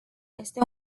este